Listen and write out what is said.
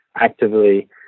actively